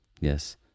Yes